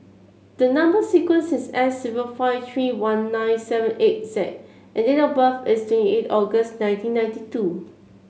the number sequence is S zero five three one nine seven eight Z and date of birth is twenty eight August nineteen ninety two